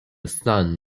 son